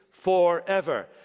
forever